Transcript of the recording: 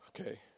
Okay